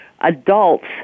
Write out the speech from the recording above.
adults